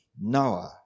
Noah